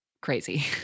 Crazy